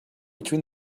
between